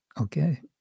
Okay